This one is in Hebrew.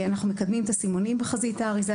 אנחנו מקדמים את הסימונים בחזית האריזה.